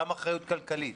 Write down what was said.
גם אחריות כלכלית.